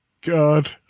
God